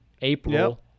april